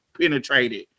penetrated